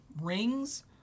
rings